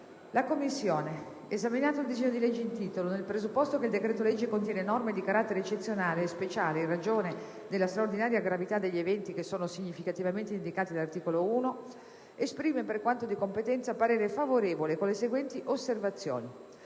1a Commissione permanente, esaminato il disegno di legge in titolo, nel presupposto che il decreto-legge contiene norme di carattere eccezionale e speciale in ragione della straordinaria gravità degli eventi che sono specificamente indicati all'articolo 1, esprime, per quanto di competenza, parere favorevole, con le seguenti osservazioni: